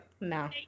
no